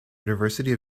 university